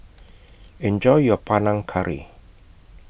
Enjoy your Panang Curry